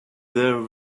there